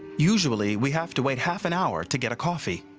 usually, we have to wait half an hour to get a coffee.